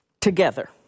together